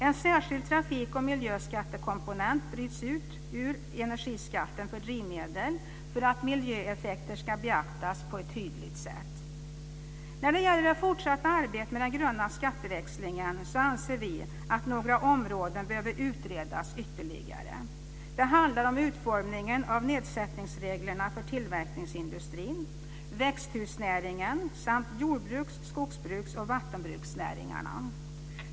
En särskild trafik och miljöskattekomponent bryts ut ur energiskatten för drivmedel, för att miljöeffekter ska beaktas på ett tydligt sätt. När det gäller det fortsatta arbetet med den gröna skatteväxlingen anser vi att några områden behöver utredas ytterligare. Det handlar om utformningen av nedsättningsreglerna för tillverkningsindustrin, växthusnäringen samt jordbruks-, skogsbruks och vattenbruksnäringarna.